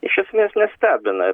iš esmės nestebina